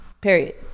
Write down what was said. period